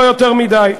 לא יותר מדי.